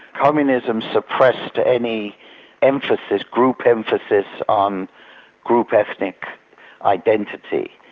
communism suppressed any emphasis, group emphasis on group ethnic identity.